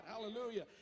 Hallelujah